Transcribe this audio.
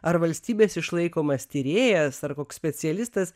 ar valstybės išlaikomas tyrėjas ar koks specialistas